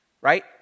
Right